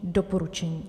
Doporučení.